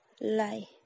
Lie